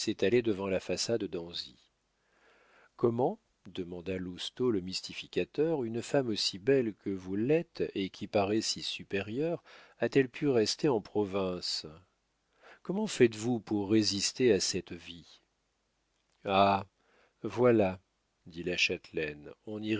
devant la façade d'anzy comment demanda lousteau le mystificateur une femme aussi belle que vous l'êtes et qui paraît si supérieure a-t-elle pu rester en province comment faites-vous pour résister à cette vie ah voilà dit la